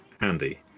handy